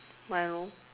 Milo